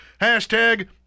hashtag